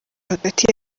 hagati